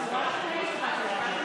אתה ויתרת על זכות דיבור?